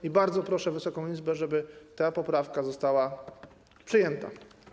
I bardzo proszę Wysoką Izbę, żeby ta poprawka została przyjęta.